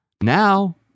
now